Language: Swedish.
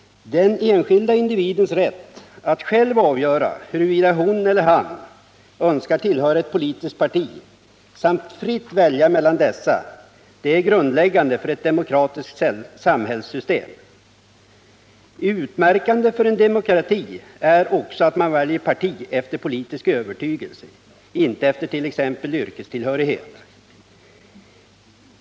Den enskilda individens rätt att själv avgöra huruvida hon eller han skall tillhöra ett politiskt parti samt fritt välja mellan dessa är grundläggande för ett demokratiskt samhällssystem. Utmärkande för en demokrati är också att man väljer parti efter politisk övertygelse — inte efter t.ex. yrkestillhörighet.